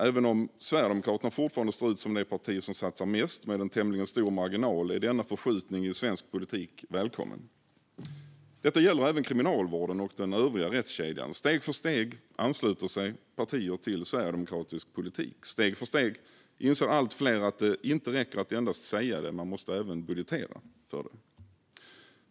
Även om Sverigedemokraterna fortfarande står ut som det parti som satsar mest med en tämligen stor marginal är denna förskjutning i svensk politik välkommen. Detta gäller även kriminalvården och den övriga rättskedjan. Steg för steg ansluter sig partier till sverigedemokratisk politik. Steg för steg inser allt fler att det inte räcker att endast säga det - man måste även budgetera för det.